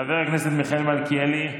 חבר הכנסת מיכאל מלכיאלי,